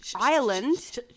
Ireland